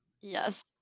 yes